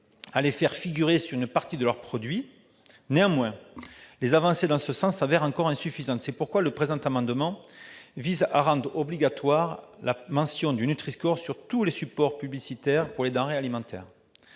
à le faire figurer sur une partie de ses produits. Les avancées dans ce sens s'avérant encore insuffisantes, le présent amendement vise à rendre obligatoire la mention du Nutri-score sur tous les supports publicitaires pour les denrées alimentaires.